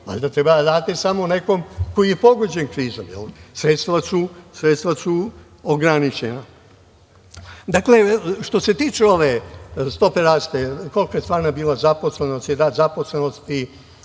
valjda treba da date samo nekom ko je pogođen krizom, jer sredstva su ograničena. Što se tiče stope rasta, kolika je stvarna bila zaposlenost,